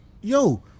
yo